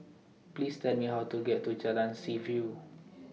Please Tell Me How to get to Jalan Seaview